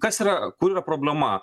kas yra kur yra problema